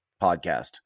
podcast